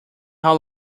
how